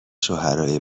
شوهرای